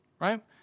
right